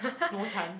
no chance